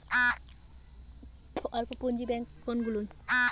অল্প পুঁজি ব্যাঙ্ক কোনগুলি?